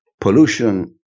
pollution